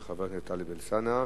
של חבר הכנסת טלב אלסאנע,